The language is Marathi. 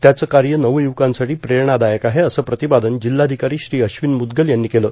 त्यांचं कार्य नवयुवकांसाठी प्रेरणादायक आहे असं प्रतिपादन जिल्हाधिकारी श्री अश्विन मुद्गल यांनी केलं